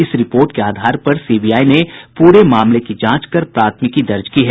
इस रिपोर्ट के आधार पर सीबीआई ने प्ररे मामले की जांच कर प्राथमिकी दर्ज की है